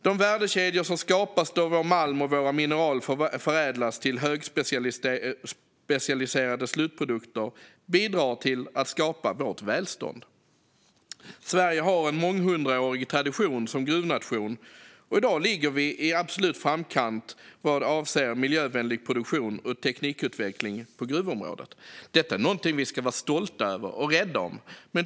De värdekedjor som skapas när vår malm och våra mineraler förädlas till högspecialiserade slutprodukter bidrar till att skapa vårt välstånd. Sverige har en månghundraårig tradition som gruvnation, och i dag ligger vi i absolut framkant vad avser miljövänlig produktion och teknikutveckling på gruvområdet. Detta är någonting vi ska vara stolta över och rädda om.